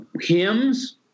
Hymns